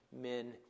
men